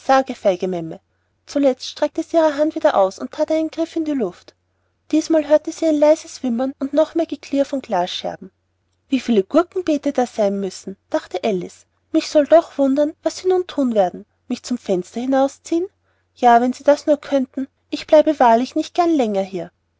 zuletzt streckte sie die hand wieder aus und that einen griff in die luft diesmal hörte sie ein leises wimmern und noch mehr geklirr von glasscherben wie viel gurkenbeete da sein müssen dachte alice mich soll doch wundern was sie nun thun werden mich zum fenster hinaus ziehen ja wenn sie das nur könnten ich bliebe wahrlich nicht gern länger hier